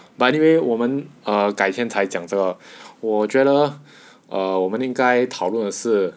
but anyway 我们 err 改天才讲这个我觉得 err 我们应该讨论是